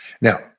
Now